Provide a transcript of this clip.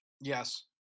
Yes